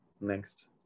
next